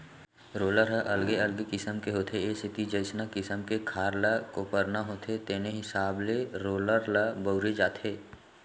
roller ह अलगे अलगे किसम के होथे ए सेती जइसना किसम के खार ल कोपरना होथे तेने हिसाब के रोलर ल बउरे जाथे